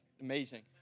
amazing